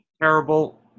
terrible